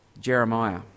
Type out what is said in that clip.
Jeremiah